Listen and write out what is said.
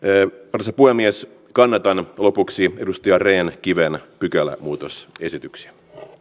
arvoisa puhemies kannatan lopuksi edustaja rehn kiven pykälämuutosesityksiä